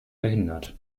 verhindert